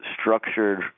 structured